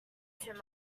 too